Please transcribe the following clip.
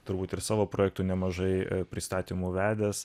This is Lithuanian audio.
turbūt ir savo projektų nemažai pristatymų vedęs